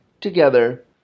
together